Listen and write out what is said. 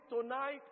tonight